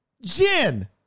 Jin